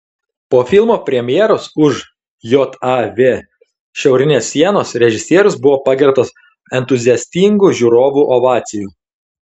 po filmo premjeros už jav šiaurinės sienos režisierius buvo pagerbtas entuziastingų žiūrovų ovacijų